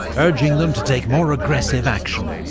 urging them to take more aggressive action.